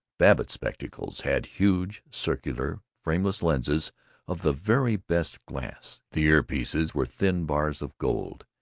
babbitt's spectacles had huge, circular, frameless lenses of the very best glass the ear-pieces were thin bars of gold.